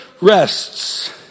rests